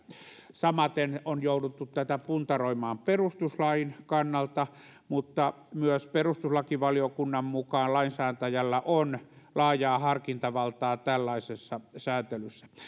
samaten on jouduttu tätä puntaroimaan perustuslain kannalta mutta myös perustuslakivaliokunnan mukaan lainsäätäjällä on laajaa harkintavaltaa tällaisessa säätelyssä